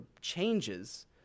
changes